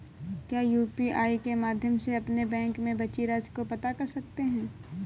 क्या यू.पी.आई के माध्यम से अपने बैंक में बची राशि को पता कर सकते हैं?